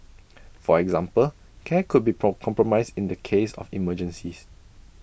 for example care could be pork compromised in the case of emergencies